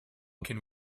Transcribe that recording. can